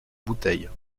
bouteille